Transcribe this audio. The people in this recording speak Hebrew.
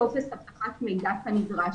טופס אבטחת מידע כנדרש.